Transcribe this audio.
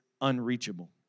unreachable